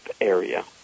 area